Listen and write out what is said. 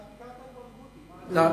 חבר הכנסת טיבי, אתה ביקרת את ברגותי בכלא.